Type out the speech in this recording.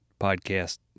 podcast